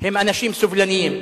הם אנשים סובלניים,